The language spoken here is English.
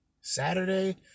Saturday